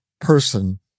person